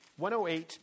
108